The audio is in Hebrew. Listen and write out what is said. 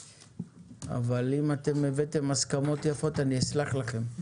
אבל אתם הבאתם הסכמות יפות אני אסלח לכם,